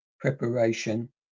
preparation